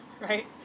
right